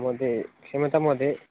महोदय क्षम्यतां महोदय